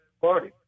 Party